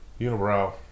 Unibrow